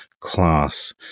class